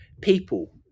people